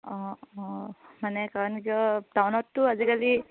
অঁ অঁ মানে কাৰণ কিয় টাউনততো আজিকালি